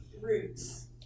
roots